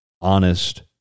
honest